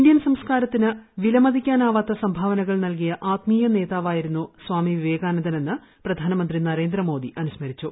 Indian സംസ്കാരത്തിന് വിസ്മരിക്കാനാവാത്ത സംഭാവനകൾ നൽകിയ ആത്മീയ നേതാവായിരുന്നു വിവേകാനന്ദനെന്ന് പ്രധാനമന്ത്രി നരേന്ദ്രമോദി അനുസ്മരിച്ചു